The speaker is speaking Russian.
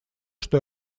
что